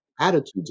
attitudes